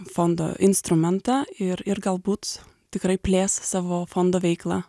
fondo instrumentą ir ir galbūt tikrai plės savo fondo veiklą